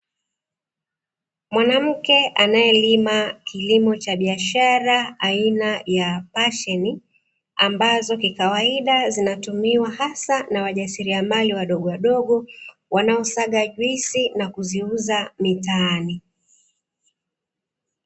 Mwanamke anayelima kilimo cha biashara aina ya pasheni, ambazo kikawaida zinatumiwa hasa na wajasiriamali wadogowadogo, wanaosaga juisi na kuziuza mitaani.